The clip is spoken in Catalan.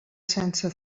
sense